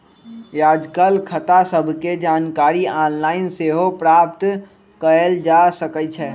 याजकाल खता सभके जानकारी ऑनलाइन सेहो प्राप्त कयल जा सकइ छै